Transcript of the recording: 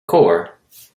corps